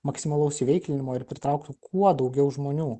maksimalaus įveiklinimo ir pritrauktų kuo daugiau žmonių